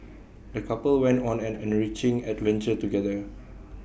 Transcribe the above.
the couple went on an enriching adventure together